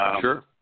Sure